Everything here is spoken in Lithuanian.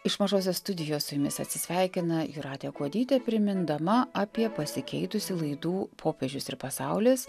iš mažosios studijos su jumis atsisveikina jūratė kuodytė primindama apie pasikeitusį laidų popiežius ir pasaulis